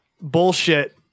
bullshit